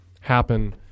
happen